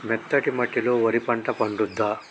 మెత్తటి మట్టిలో వరి పంట పండుద్దా?